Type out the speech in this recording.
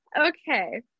okay